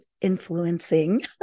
influencing